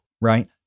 right